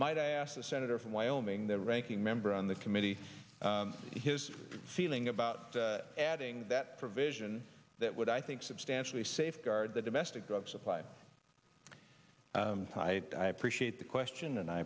might i ask the senator from wyoming the ranking member on the committee his feeling about adding that provision that would i think substantially safeguard the domestic drug supply hi i appreciate the question and i